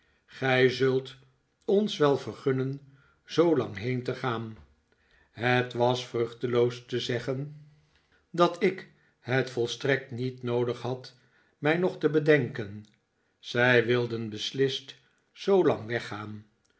gij zult ons wel vergunnen zoolang heen te gaan het was vruchteloos te zeggen dat ik het volstrekt niet noodig had mij nog te bedenken zij wilden beslist zoolang weggaan